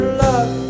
luck